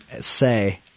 say